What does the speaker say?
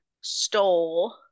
stole